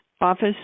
office